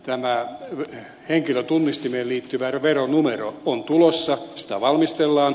tämä henkilötunnistimeen liittyvä veronumero on tulossa sitä valmistellaan